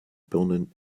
birnen